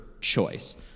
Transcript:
choice